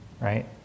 right